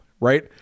right